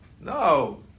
no